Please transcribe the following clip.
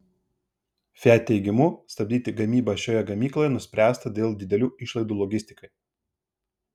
fiat teigimu stabdyti gamybą šioje gamykloje nuspręsta dėl didelių išlaidų logistikai